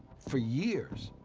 for years,